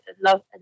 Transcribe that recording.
love